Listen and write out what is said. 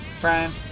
Prime